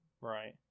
right